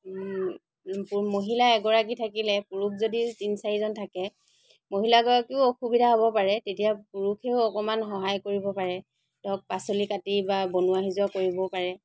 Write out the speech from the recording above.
মহিলা এগৰাকী থাকিলে পুৰুষ যদি তিনি চাৰিজন থাকে মহিলাগৰাকীও অসুবিধা হ'ব পাৰে তেতিয়া পুৰুষেও অকণমান সহায় কৰিব পাৰে ধৰক পাচলি কাটি বা বনোৱা সিজোৱা কৰিব পাৰে